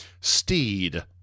Steed